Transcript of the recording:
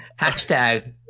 hashtag